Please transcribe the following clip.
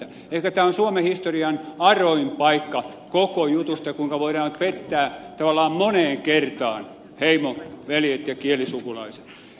ehkä tämä on suomen historian arin paikka koko jutusta se kuinka voidaan pettää tavallaan moneen kertaan heimoveljet ja kielisukulaiset